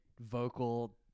vocal